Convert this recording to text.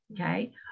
Okay